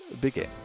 begin